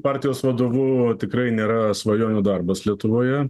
partijos vadovu tikrai nėra svajonių darbas lietuvoje